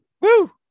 Woo